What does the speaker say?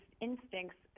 instincts